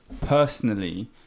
personally